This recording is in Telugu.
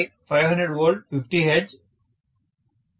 student 200 500 volt 50 hertz